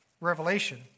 Revelation